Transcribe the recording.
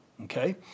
okay